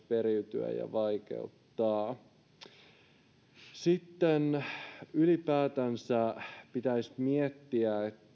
periytyä ja vaikeuttaa ylipäätänsä pitäisi miettiä